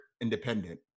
independent